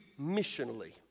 missionally